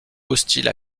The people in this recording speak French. hostile